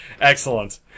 Excellent